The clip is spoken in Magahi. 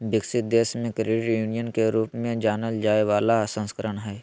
विकसित देश मे क्रेडिट यूनियन के रूप में जानल जाय बला संस्करण हइ